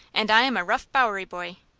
and i am a rough bowery boy.